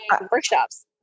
workshops